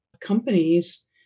companies